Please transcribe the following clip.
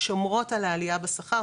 שומרות על העלייה בשכר,